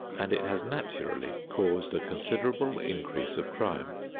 and it has naturally caused a considerable increase of crime.